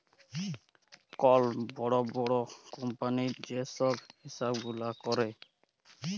call বড় বড় কম্পালির যে ছব হিছাব গুলা ক্যরে